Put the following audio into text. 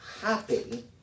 happy